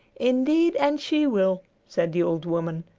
indeed and she will, said the old woman.